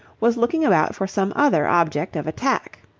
was looking about for some other object of attack.